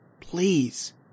Please